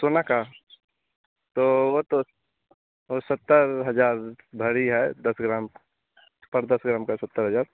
सोना का तो वह तो वह सत्तर हज़ार भरी है दस ग्राम पर दस ग्राम का सत्तर हज़ार